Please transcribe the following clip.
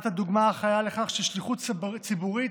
את הדוגמה החיה לכך ששליחות ציבורית